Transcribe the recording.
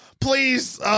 Please